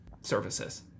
services